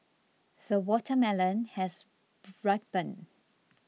the watermelon has ripened